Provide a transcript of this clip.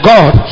God